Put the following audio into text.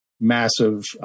massive